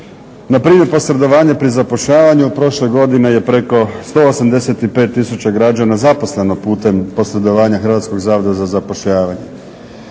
Na primjer posredovanje pri zapošljavanju prošle godine je preko 185 tisuća građana zaposleno putem posredovanja Hrvatskog zavoda za zapošljavanje.